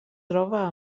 troba